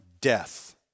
Death